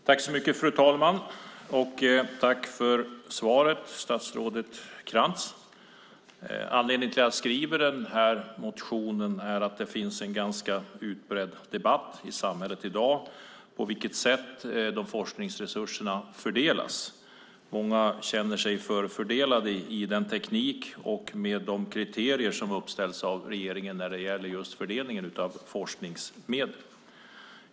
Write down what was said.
Fru talman! Jag tackar statsrådet Krantz för svaret. Anledningen till att jag skriver den här interpellationen är att det finns en ganska utbredd debatt i samhället i dag om på vilket sätt forskningsresurserna fördelas. Många känner sig förfördelade med de kriterier som uppställs av regeringen när det gäller just fördelningen av forskningsmedel.